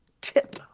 tip